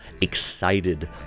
excited